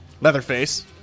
Leatherface